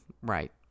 Right